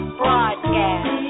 broadcast